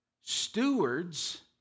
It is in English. stewards